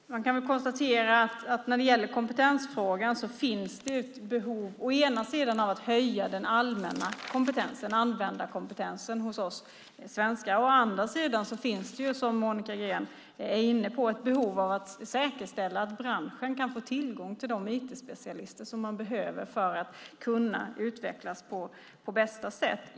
Herr talman! Jag kan konstatera att när det gäller kompetensfrågan finns det ett behov å ena sidan av att höja den allmänna användarkompetensen hos oss svenskar. Å andra sidan finns det som Monica Green är inne på ett behov av att säkerställa att branschen kan få tillgång till de IT-specialister som man behöver för att kunna utvecklas på bästa sätt.